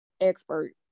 expert